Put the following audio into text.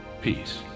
Peace